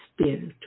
spiritual